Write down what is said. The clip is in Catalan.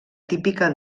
típica